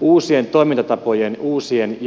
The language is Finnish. uusien toimintatapojen uusien